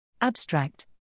Abstract